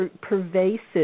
pervasive